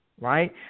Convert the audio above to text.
right